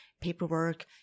paperwork